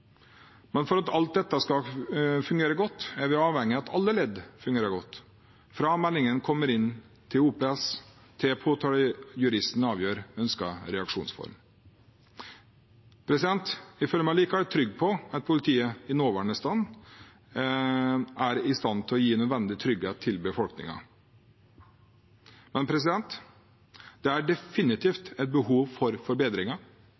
Men for at alt dette skal fungere godt, er vi avhengig av at alle ledd fungerer godt, fra meldingen kommer inn til OPS, til påtalejuristen avgjør ønsket reaksjonsform. Jeg føler meg likevel trygg på at politiet i sin nåværende tilstand er i stand til å gi nødvendig trygghet til befolkningen. Men det er definitivt et behov for forbedringer,